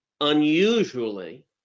unusually